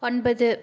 ஒன்பது